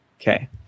Okay